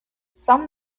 some